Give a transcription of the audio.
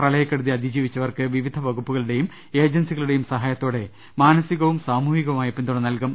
പ്രളയക്കെടുതി അതിജീവിച്ചവർക്ക് വിവിധ വകുപ്പുകളുടേയും ഏജൻസികളുടേയും സഹായത്തോടെ മാനസികവും സാമൂഹികവുമായ പിന്തുണ നൽകും